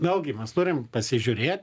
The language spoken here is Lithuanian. vėlgi mes turim pasižiūrėt